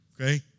Okay